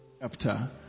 chapter